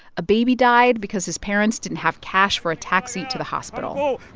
a baby died because his parents didn't have cash for a taxi to the hospital